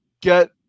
get